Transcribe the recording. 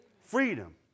Freedom